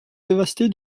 dévasté